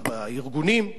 בארגונים.